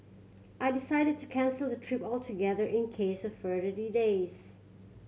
I decided to cancel the trip altogether in case of further delays